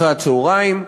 אחרי הצהריים,